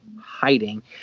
hiding